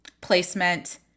placement